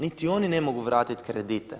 Niti oni ne mogu vratiti kredite.